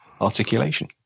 articulation